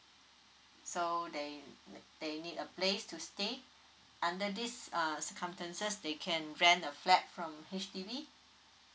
so they they need a place to stay under this uh circumstances they can rent a flat from H_D_B